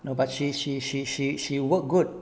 no but she she she she she work good